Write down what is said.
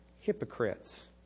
hypocrites